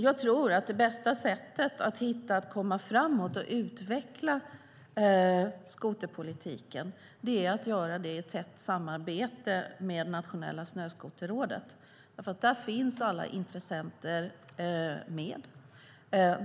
Jag tror att det bästa sättet att komma framåt och utveckla skoterpolitiken är att göra det i tätt samarbete med Nationella Snöskoterrådet. Där finns alla intressenter med.